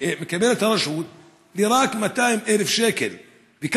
שמקבלת הרשות ל-200,000 שקל בלבד,